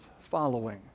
following